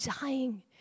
dying